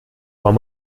vom